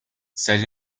set